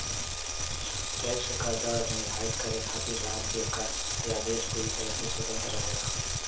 tax क दर निर्धारित करे खातिर राज्य या देश पूरी तरह से स्वतंत्र रहेला